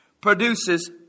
produces